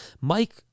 Mike